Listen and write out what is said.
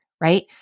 right